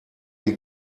die